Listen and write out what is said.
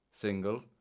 single